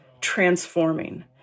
transforming